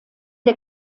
der